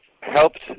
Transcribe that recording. helped